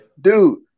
Dude